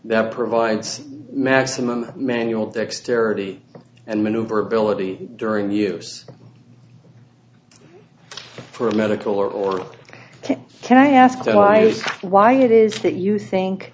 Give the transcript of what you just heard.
that provides maximum manual dexterity and maneuverability during use for a medical or can i ask why why it is that you think